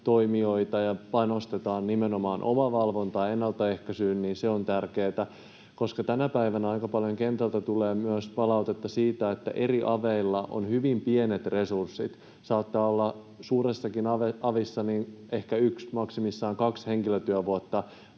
ja panostetaan nimenomaan omavalvontaan ja ennaltaehkäisyyn, on tärkeätä. Tänä päivänä aika paljon kentältä tulee myös palautetta siitä, että eri aveilla on hyvin pienet resurssit — saattaa olla suuressakin avissa ehkä yksi tai maksimissaan kaksi henkilötyövuotta